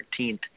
13th